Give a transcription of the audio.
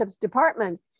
department